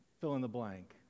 fill-in-the-blank